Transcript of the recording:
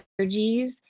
allergies